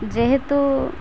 ଯେହେତୁ